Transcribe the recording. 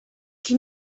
qui